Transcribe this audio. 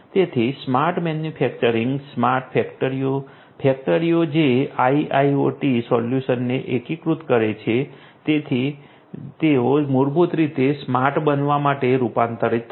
તેથી smart manufacturing smart ફેક્ટરીઓ ફેક્ટરીઓ જે IIoT સોલ્યુશન્સને એકીકૃત કરે છે જેથી તેઓ મૂળભૂત રીતે સ્માર્ટ બનવા માટે રૂપાંતરિત થાય